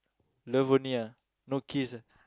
love only ah no kiss ah